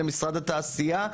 למשרד התעשייה,